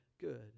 good